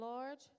Lord